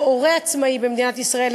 או הורה עצמאי במדינת ישראל,